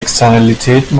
externalitäten